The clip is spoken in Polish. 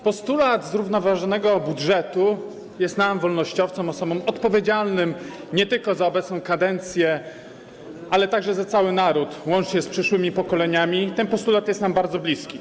Postulat zrównoważonego budżetu jest nam, wolnościowcom, osobom odpowiedzialnym nie tylko za obecną kadencję, ale także za cały naród łącznie z przyszłymi pokoleniami, bardzo bliski.